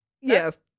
Yes